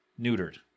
neutered